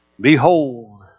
Behold